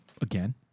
Again